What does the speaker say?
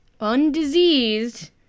undiseased